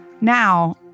Now